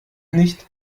nicht